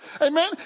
Amen